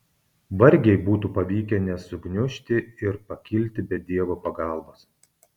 vargiai būtų pavykę nesugniužti ir pakilti be dievo pagalbos